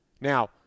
Now